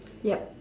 yup